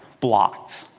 blocks.